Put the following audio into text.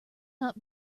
not